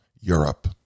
Europe